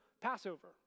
Passover